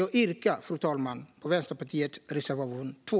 Jag yrkar bifall till Vänsterpartiets reservation 2.